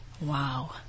Wow